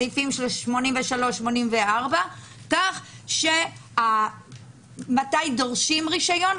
סעיפים 84-83 כך שמתי דורשים רישיון?